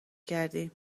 کردیم